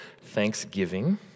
Thanksgiving